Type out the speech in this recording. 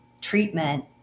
treatment